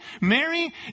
Mary